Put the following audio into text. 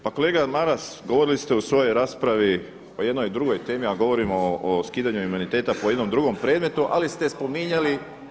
Pa kolega Maras govorili ste u svojoj raspravi o jednoj drugoj temi a govorimo o skidanju imuniteta po jednom drugom predmetu ali ste spominjali